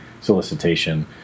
solicitation